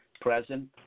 present